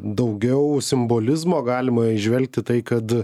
daugiau simbolizmo galima įžvelgt į tai kad